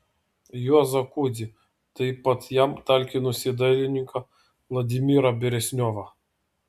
juozą kudzį taip pat jam talkinusį dailininką vladimirą beresniovą